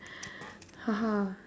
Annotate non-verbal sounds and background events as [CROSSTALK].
[LAUGHS]